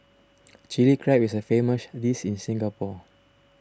Chilli Crab is a famous dish in Singapore